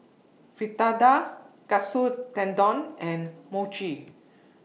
Fritada Katsu Tendon and Mochi